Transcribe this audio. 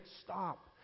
stop